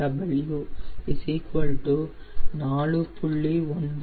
75 57